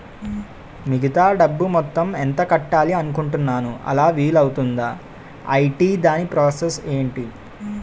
మిగతా డబ్బు మొత్తం ఎంత కట్టాలి అనుకుంటున్నాను అలా వీలు అవ్తుంధా? ఐటీ దాని ప్రాసెస్ ఎంటి?